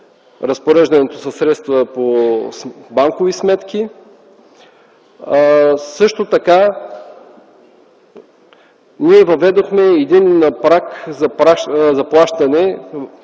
разпореждането със средства по банкови сметки. Също така ние въведохме един праг за плащане,